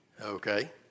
Okay